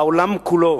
בעולם כולו,